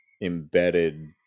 embedded